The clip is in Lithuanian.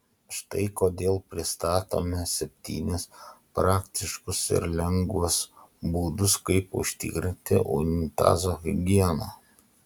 štai kodėl pristatome septynis praktiškus ir lengvus būdus kaip užtikrinti unitazo higieną